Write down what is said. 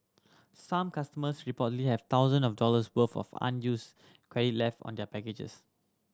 some customers reportedly have thousand of dollars worth of unused credit left on their packages